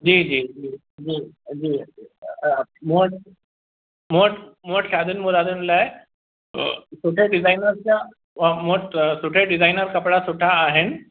जी जी जी जी जी मूं वटि मूं वटि मूं वटि शादियुनि मुरादियुनि लाइ सुठे डिज़ाइनर जा मूं वटि सुठे डिज़ाइनर कपिड़ा सुठा आहिनि